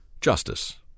justice